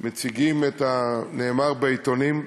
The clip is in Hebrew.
מציגים את הנאמר בעיתונים.